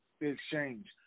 exchange